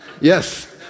Yes